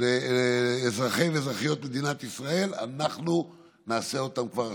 לאזרחי ואזרחיות מדינת ישראל אנחנו נעשה כבר עכשיו.